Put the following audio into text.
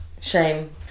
Shame